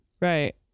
Right